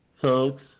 Folks